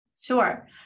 Sure